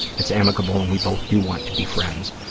it's amicable and we both do want to be friends.